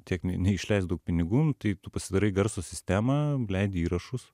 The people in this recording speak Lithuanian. tėkmei neišleist daug pinigų nu tai tu pasidarai garso sistemą leidi įrašus